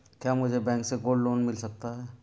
क्या मुझे बैंक से गोल्ड लोंन मिल सकता है?